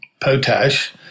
potash